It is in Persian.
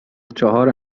چهار